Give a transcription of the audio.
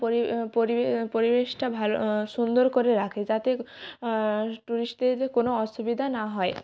পরি পরিবেশটা ভালো সুন্দর করে রাখে যাতে টুরিস্টদের কোনো অসুবিধা না হয়